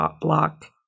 block